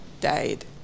died